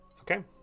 Okay